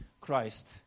Christ